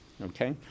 Okay